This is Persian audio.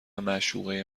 معشوقه